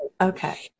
Okay